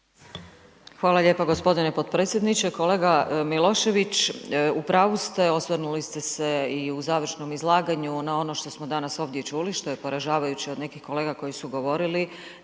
Hvala lijepa gospodine potpredsjedniče. Kolega Milošević, u pravu ste, osvrnuli ste se i u završnom izlaganju na ono što smo danas ovdje čuli, što je poražavajuće od nekih kolega koji su govorili